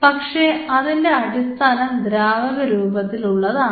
പക്ഷേ അതിൻറെ അടിസ്ഥാനം ദ്രാവക രൂപത്തിലുള്ളതാണ്